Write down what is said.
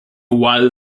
while